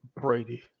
Brady